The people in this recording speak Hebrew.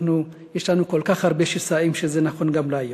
יש לנו כל כך הרבה שסעים שזה נכון גם להיום.